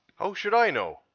how should i know?